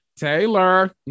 Taylor